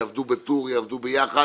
שיעבדו בטור, יעבדו ביחד,